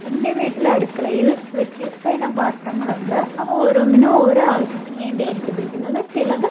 എൻ്റെ വീട്ടിലെ അടുക്കളയിൽ വ്യത്യസ്ത ഇനം പാത്രങ്ങൾ ഉണ്ട് അവ ഓരോന്നിനും ഓരോ ആവശ്യത്തിന് വേണ്ടി ആയിരിക്കും ഉപയോഗിക്കുന്നത് ചിലത്